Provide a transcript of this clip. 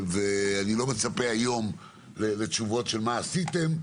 אני לא מצפה היום לתשובות של מה עשיתם,